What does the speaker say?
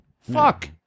Fuck